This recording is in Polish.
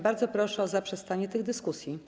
Bardzo proszę o zaprzestanie tych dyskusji.